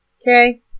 Okay